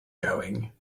going